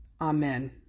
Amen